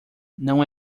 não